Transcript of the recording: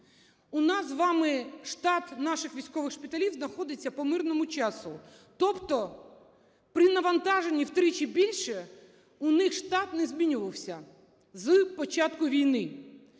у нас з вами штат наших військових шпиталів знаходиться по мирному часу. Тобто при навантаженні втричі більше у них штат не змінювався з початку війни.